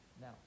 now